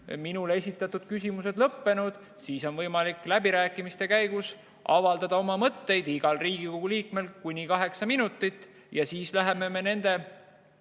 minule esitatud küsimused on lõppenud. Seejärel on võimalik läbirääkimiste käigus avaldada oma mõtteid igal Riigikogu liikmel kuni kaheksa minutit ja siis läheme nende